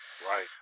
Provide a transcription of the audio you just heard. Right